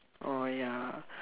uh ya